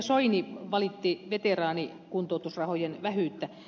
soini valitti veteraanikuntoutusrahojen vähyyttä